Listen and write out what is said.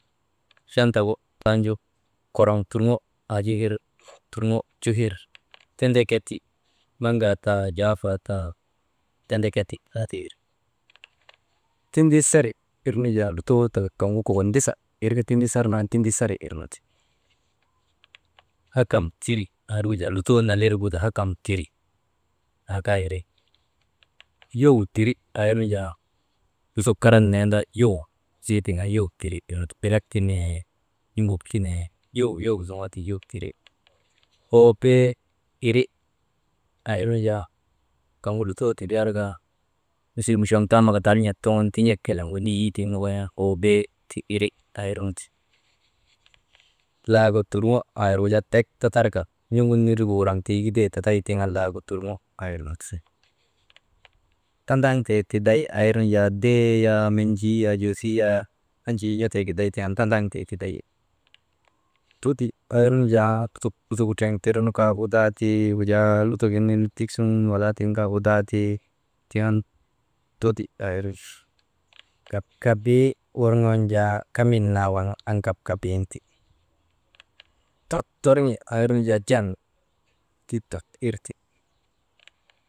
Chantak gu tanju koroŋ turŋo aa ju ir, turŋo ju ir tendeketi, maŋgaa taa jayifaa taa tendeketi aa ti iri, tindisari irnu jaa lutoo taka kaŋgu kokon ndisaa irka tindisarnu an tindisari irnu ti, hakam tiri aa irnu jaa lutoo nalirgu ta hakam tiri, aa kaa iri, yow tiri aa irnu jaa lutok karan nenda yow ziitiŋ andaka yow tir irnu ti bilak ti nee, suŋok ti nee, yow zoŋoo tiŋ andaka yow tiri irnu ti, hoobee iri aa irnu jaa kaŋgu lutoo tindriyar kaa, misil muchoŋ taamaka tin̰ek kelen weneyii tiŋ nokoy nu andaka hobee iri aa irnu ti, aa irgu jaa tek tatarka n̰oŋun nindrigu wuraŋ tiigide tatay tiŋ andaka laaga turŋo aa irnu ti, tadaŋtee tiday aa irnu jaa dee yaa, menjii yaa joosii ya enjii n̰otee giday tiŋ an tandaŋtee tiday. Tudi aa irnu jaa lutogu treŋ tirnu kaa udaa ti, wujaa lutogin ner tik suŋun walaa tiŋ kaa wudaa ti, wujaa lutok gin ner tik suŋun walaa tiŋ kaa wudaa tii, tiŋ an tudi aa irnu ti, kapkabii worŋoon jaa kamin naa waŋ an kapkabin ti tot torŋi aa irnu jaa jan tita ir ti.